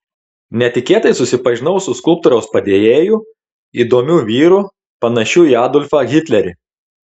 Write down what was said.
netikėtai susipažinau su skulptoriaus padėjėju įdomiu vyru panašiu į adolfą hitlerį